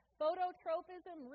phototropism